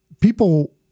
People